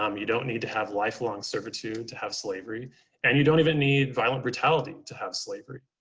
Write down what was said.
um you don't need to have lifelong servitude, to have slavery and you don't even need violent brutality to have slavery.